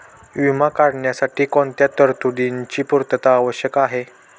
विमा काढण्यासाठी कोणत्या तरतूदींची पूर्णता आवश्यक आहे?